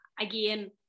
again